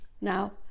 Now